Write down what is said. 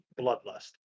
Bloodlust